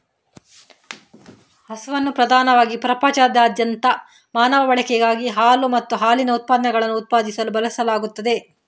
ಹಸುವನ್ನು ಪ್ರಧಾನವಾಗಿ ಪ್ರಪಂಚದಾದ್ಯಂತ ಮಾನವ ಬಳಕೆಗಾಗಿ ಹಾಲು ಮತ್ತು ಹಾಲಿನ ಉತ್ಪನ್ನಗಳನ್ನು ಉತ್ಪಾದಿಸಲು ಬಳಸಲಾಗುತ್ತದೆ